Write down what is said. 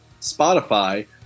Spotify